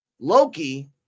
Loki